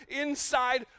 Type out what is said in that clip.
inside